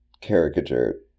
caricature